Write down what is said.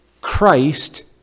Christ